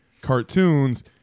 cartoons